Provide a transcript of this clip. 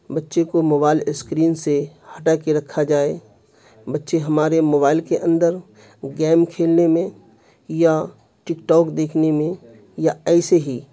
بچے کو mobile screen سے ہٹا کے رکھا جائے بچے ہمارے موبائل کے اندر گیم کھیلنے میں یا ٹک ٹاک دیکھنے میں یا ایسے ہی